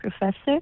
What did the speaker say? professor